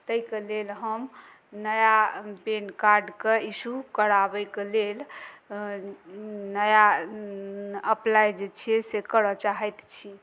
तै के लेल हम नया पेन कार्ड के इशु कराबैक लेल नया अप्लाइ जे छियै से करऽ चाहैत छी